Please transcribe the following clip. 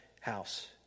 house